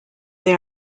they